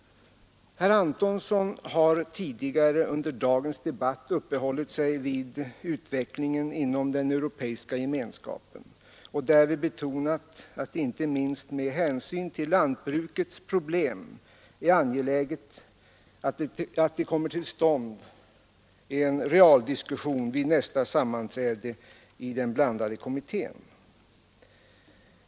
Herr Antonsson har tidigare under dagens debatt uppehållit sig vid utvecklingen inom den europeiska gemenskapen och därvid betonat att det är angeläget att det kommer till stånd en realdiskussion om lantbrukets problem vid nästa sammanträde i den blandade kommittén.